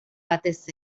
batez